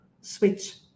switch